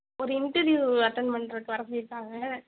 ஒரு interview attend பண்றதுக்கு வர சொல்லியிருக்காங்க